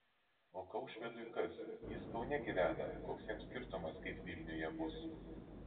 o kaušpėdui kas jis kaune gyvena koks jam skirtumas kaip vilniuje bus